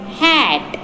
hat